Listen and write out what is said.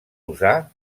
usar